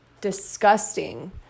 disgusting